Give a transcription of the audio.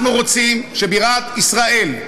אנחנו רוצים שבירת ישראל,